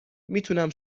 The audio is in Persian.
میتونم